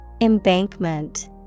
Embankment